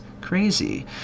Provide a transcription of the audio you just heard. crazy